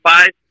Five